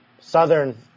southern